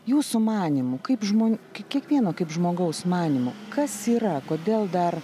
jūsų manymu kaip žmonių kiekvieno kaip žmogaus manymu kas yra kodėl dar